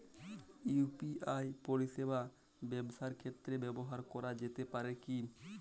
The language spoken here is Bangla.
ইউ.পি.আই পরিষেবা ব্যবসার ক্ষেত্রে ব্যবহার করা যেতে পারে কি?